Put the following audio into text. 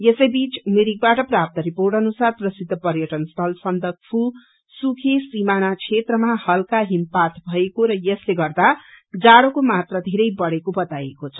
यसैबीच मिरिकबाट प्राप्त रिपोर्ट अनुसार प्रसिद्ध पर्यटन स्थल सन्दकपू सुकेसिमाना क्षेत्रमा पनि हल्का हिमपात भएको र यसले गर्दा जाड़ोको मात्रा धेरै बढ़ेको बताएको छ